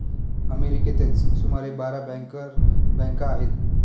अमेरिकेतच सुमारे बारा बँकर बँका आहेत